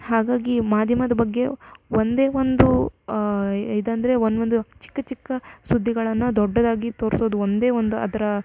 ಹಾಗಾಗಿ ಮಾಧ್ಯಮದ ಬಗ್ಗೆ ಒಂದೇ ಒಂದು ಇದಂದರೆ ಒಂದು ಒಂದು ಚಿಕ್ಕ ಚಿಕ್ಕ ಸುದ್ದಿಗಳನ್ನು ದೊಡ್ಡದಾಗಿ ತೋರ್ಸೋದು ಒಂದೇ ಒಂದು ಅದರ